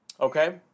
Okay